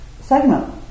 segment